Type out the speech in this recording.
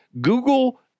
Google